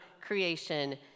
creation